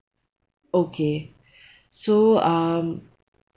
okay so um